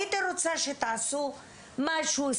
הייתי רוצה שתעשו משהו,